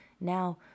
Now